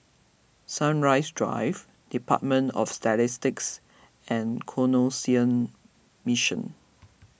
Sunrise Drive Department of Statistics and Canossian Mission